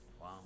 Wow